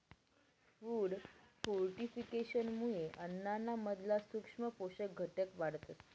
food फोर्टिफिकेशनमुये अन्नाना मधला सूक्ष्म पोषक घटक वाढतस